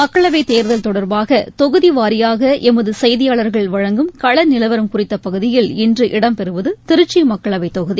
மக்களவைத் தேர்தல் தொடர்பாகதொகுதிவாரியாகஎமதுசெய்தியாளர்கள் வழங்கும் களநிலவரம் குறித்தபகுதியில் இன்று இடம்பெறுவதுதிருச்சிமக்களவைத் தொகுதி